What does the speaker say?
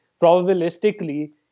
probabilistically